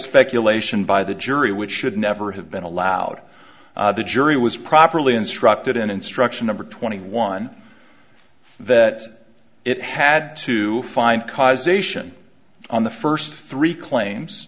speculation by the jury which should never have been allowed the jury was properly instructed in instruction number twenty one that it had to find causation on the first three claims